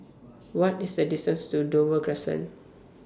What IS The distance to Dover Crescent